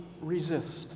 resist